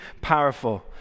powerful